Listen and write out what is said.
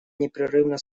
непрерывно